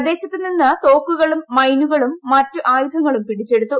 പ്രദേശത്ത് നിന്ന് തോക്കുകളും മൈനുകളും മറ്റ് ആയുധങ്ങളും പിടിച്ചെടുത്തു